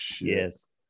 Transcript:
Yes